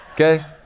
Okay